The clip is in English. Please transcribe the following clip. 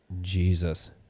Jesus